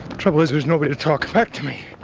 trouble is there's nobody to talk back to me